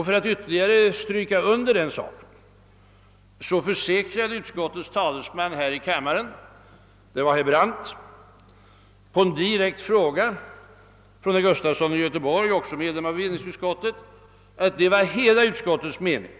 För att ytterligare understryka den saken försäkrade utskottets talesman här i kammaren, herr Brandt, på direkt fråga av herr Gustafson i Göteborg — även han medlem av bevillningsutskottet — att det var hela utskottets mening.